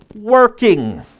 working